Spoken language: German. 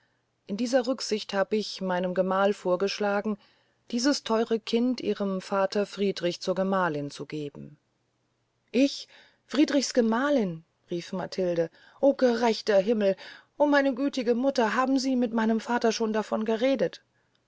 in dieser rücksicht hab ich meinem gemahl vorgeschlagen dieses theure kind ihrem vater friedrich zur gemahlin zu geben ich die gemahlin friedrichs rief matilde gerechter himmel o meine gütige mutter haben sie mit meinem vater schon davon geredet